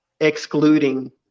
excluding